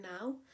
now